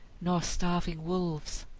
nor starving wolves.